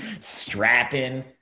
strapping